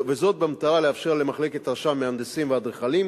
וזאת במטרה לאפשר למחלקת רשם המהנדסים והאדריכלים